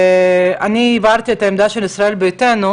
אני הבהרתי את העמדה של ישראל ביתנו,